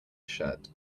shirt